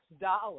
dollars